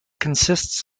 consists